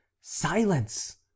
Silence